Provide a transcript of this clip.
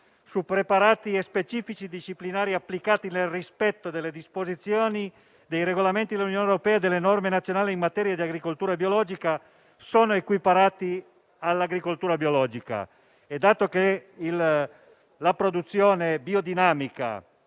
su preparati e specifici disciplinari applicati nel rispetto delle disposizioni dei regolamenti dell'Unione europea e delle norme nazionali in materia di agricoltura biologica sono equiparati al metodo di agricoltura biologica». Dato che la produzione biodinamica